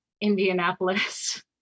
Indianapolis